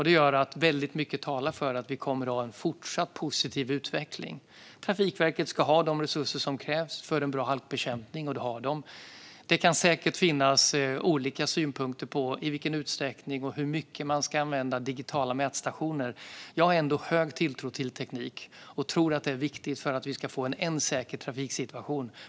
Det gör att väldigt mycket talar för att vi kommer att ha en fortsatt positiv utveckling. Trafikverket ska ha de resurser som krävs för en bra halkbekämpning, och det har de. Det kan säkert finnas olika synpunkter på i vilken utsträckning och hur mycket man ska använda digitala mätstationer. Jag har ändå stor tilltro till teknik och tror att det är viktigt för att vi ska få en ännu säkrare trafiksituation.